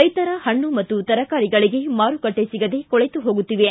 ರೈಸರ ಹಣ್ಣು ಮತ್ತು ತರಕಾರಿಗಳಿಗೆ ಮಾರುಕಟ್ಲೆ ಸಿಗದೆ ಕೊಳೆತು ಹೋಗುತ್ತಿವೆ